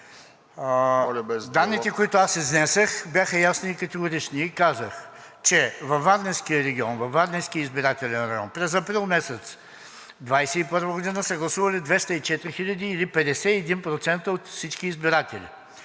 данни, които аз изнесох, бяха ясни и категорични. Казах, че във Варненския избирателен район през април месец 2021 г. са гласували 204 хиляди, или 51% от всички избиратели.